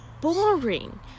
boring